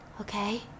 Okay